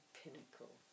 pinnacle